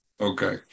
Okay